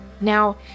Now